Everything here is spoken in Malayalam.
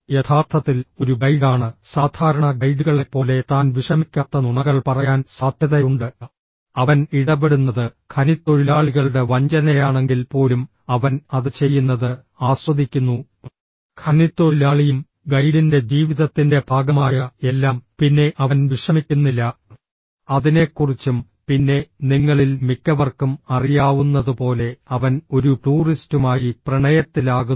യഥാർത്ഥത്തിൽ ഒരു ഗൈഡാണ് സാധാരണ ഗൈഡുകളെപ്പോലെ താൻ വിഷമിക്കാത്ത നുണകൾ പറയാൻ സാധ്യതയുണ്ട് അവൻ ഇടപെടുന്നത് ഖനിത്തൊഴിലാളികളുടെ വഞ്ചനയാണെങ്കിൽ പോലും അവൻ അത് ചെയ്യുന്നത് ആസ്വദിക്കുന്നു ഖനിത്തൊഴിലാളിയും ഗൈഡിന്റെ ജീവിതത്തിന്റെ ഭാഗമായ എല്ലാം പിന്നെ അവൻ വിഷമിക്കുന്നില്ല അതിനെക്കുറിച്ചും പിന്നെ നിങ്ങളിൽ മിക്കവർക്കും അറിയാവുന്നതുപോലെ അവൻ ഒരു ടൂറിസ്റ്റുമായി പ്രണയത്തിലാകുന്നു